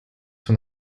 son